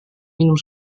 minum